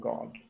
God